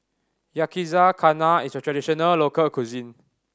yakizakana is a traditional local cuisine